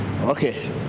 Okay